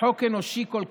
חוק אנושי כל כך,